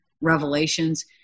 revelations